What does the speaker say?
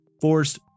forced